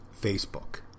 Facebook